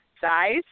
size